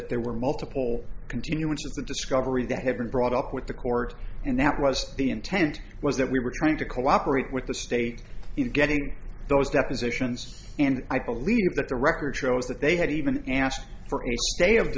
that there were multiple continuance of the discovery that had been brought up with the court and that was the intent was that we were trying to cooperate with the state in getting those depositions and i believe that the record shows that they had even asked for a day of